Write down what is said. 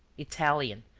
italian,